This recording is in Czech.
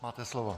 Máte slovo.